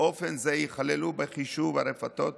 באופן זה הם ייכללו בחישוב הרפתות